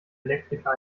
elektriker